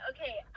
Okay